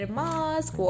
mask